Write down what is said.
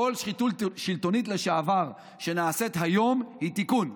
כל שחיתות שלטונית לשעבר שנעשית היום היא תיקון.